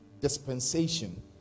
dispensation